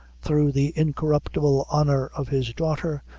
through the incorruptible honor of his daughter,